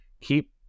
keep